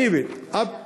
רטרואקטיבית, עד